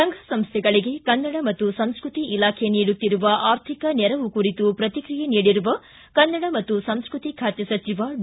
ಸಂಘ ಸಂಸ್ಥೆಗಳಿಗೆ ಕನ್ನಡ ಮತ್ತು ಸಂಸ್ಟತಿ ಇಲಾಖೆ ನೀಡುತ್ತಿರುವ ಆರ್ಥಿಕ ನೆರವು ಕುರಿತು ಪ್ರತಿಕ್ರಿಯೆ ನೀಡಿರುವ ಕನ್ನಡ ಮತ್ತು ಸಂಸ್ಟ್ರತಿ ಖಾತೆ ಸಚಿವ ಡಿ